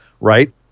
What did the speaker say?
Right